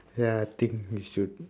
ya I think we should